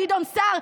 גדעון סער,